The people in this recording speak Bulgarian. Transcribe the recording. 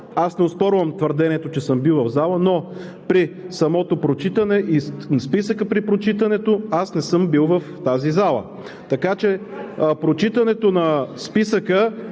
Аз не оспорвам твърдението, че съм бил в залата, но при самото прочитане на списъка, при прочитането аз не съм бил в тази зала. Така че прочитането на списъка